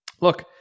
Look